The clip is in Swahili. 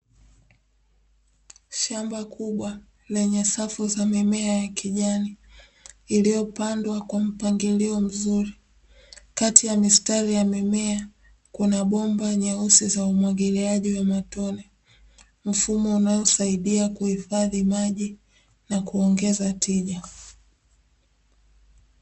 Shamba kubwa lenye safu za mimea ya kijani iliyopandwa kwa mpangilio mzuri, kati ya mistari ya mimea kuna bomba nyeusi za umwagiliaji wa matone, mfumo unaosaidia kuhifadhi maji na kuongeza tija.